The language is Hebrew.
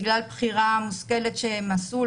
בגלל בחירה מושכלת שהם עשו,